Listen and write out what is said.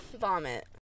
vomit